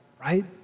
right